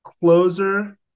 Closer